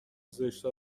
زشتها